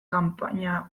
kanpaina